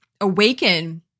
awaken